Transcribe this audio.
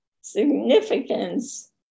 significance